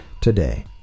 today